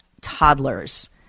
toddlers